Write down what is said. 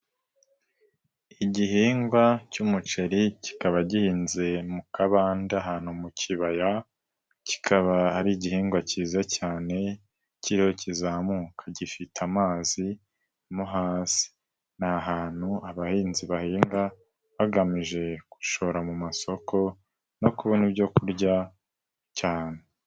Igihingwa cy'umuceri kikaba gihinze mu kabande ahantu mu kibaya, kikaba ari igihingwa cyiza cyane kiriho kizamuka gifite amazi mo hasi, n'ahantu abahinzi bahinga bagamije gushora mu masoko no kubona ibyokurya cyane.